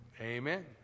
Amen